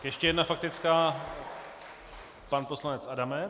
Ještě jedna faktická, pan poslanec Adamec.